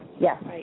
yes